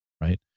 Right